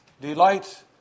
Delight